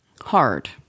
Hard